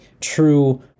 true